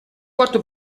quarto